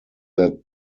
that